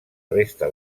resta